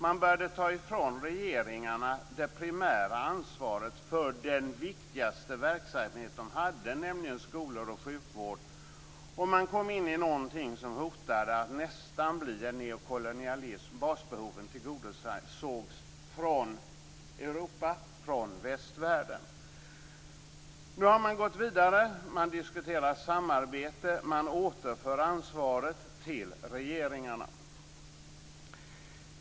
Man började ta ifrån regeringarna det primära ansvaret för den viktigaste verksamhet de hade, nämligen skolor och sjukvård. Man kom in i någonting som hotade att nästan bli en neokolonialism; basbehoven tillgodosågs från Nu har man gått vidare. Man diskuterar samarbete, och man återför ansvaret till regeringarna.